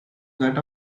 that